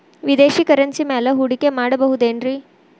ವಿದೇಶಿ ಕರೆನ್ಸಿ ಮ್ಯಾಲೆ ಹೂಡಿಕೆ ಮಾಡಬಹುದೇನ್ರಿ?